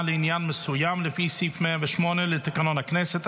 לעניין מסוים לפי סעיף 108 לתקנון הכנסת,